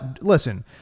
Listen